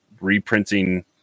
reprinting